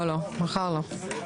לא, מחר לא.